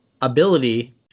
ability